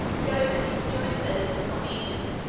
go, then, and join philip and parmenio.